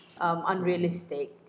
unrealistic